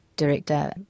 director